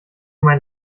mein